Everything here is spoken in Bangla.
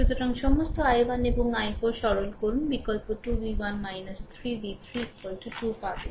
সুতরাং সমস্ত i 1 এবং i4 সরল করুন বিকল্প 2 V 1 3 V 3 2 পাবেন